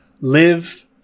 Live